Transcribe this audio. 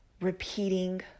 repeating